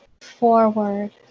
forward